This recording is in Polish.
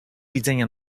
widzenia